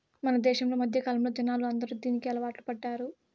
మన దేశంలో మధ్యకాలంలో జనాలు అందరూ దీనికి అలవాటు పడ్డారు